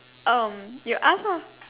um you ask ah